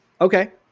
Okay